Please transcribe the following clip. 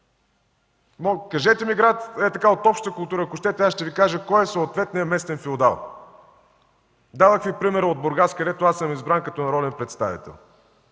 Кажете ми град, ей така, от обща култура, ако щете, аз ще Ви кажа кой е съответният местен феодал. Дадох Ви примера от Бургас, където съм избран като народен представител.